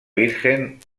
virgen